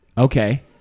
Okay